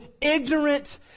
ignorant